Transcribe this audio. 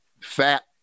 fat